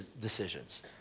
decisions